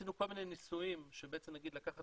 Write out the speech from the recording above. עשינו כל מיני ניסויים שבעצם נגיד לקחת